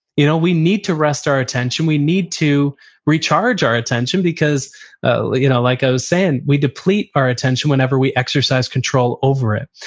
you know we need to rest our attention. we need to recharge our attention because ah you know like i was saying, we deplete deplete our attention whenever we exercise control over it.